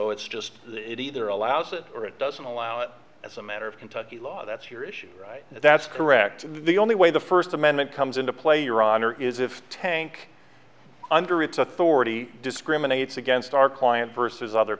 so it's just it either allows it or it doesn't allow it as a matter of kentucky law that's your issue right that's correct the only way the first amendment comes into play your honor is if the tank under it's authority discriminates against our client versus other